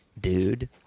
Dude